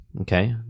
okay